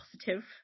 positive